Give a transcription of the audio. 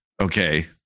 Okay